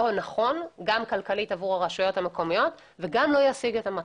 נכון כלכלית עבור הרשויות המקומיות ולא ישיג את המטרות.